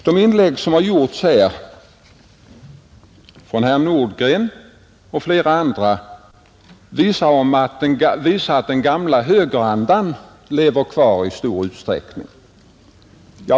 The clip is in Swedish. De inlägg som gjorts av herr Nordgren och andra talare visar att den gamla högerandan lever kvar i stor utsträckning.